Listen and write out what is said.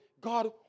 God